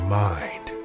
mind